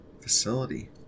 facility